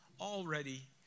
Already